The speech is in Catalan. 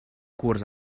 curs